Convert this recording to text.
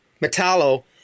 Metallo